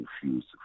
confused